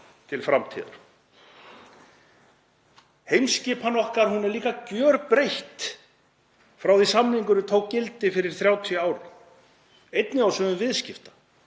til framtíðar. Heimsskipan okkar er líka gjörbreytt frá því að samningurinn tók gildi fyrir 30 ár, einnig á sviði viðskipta.